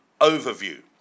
overview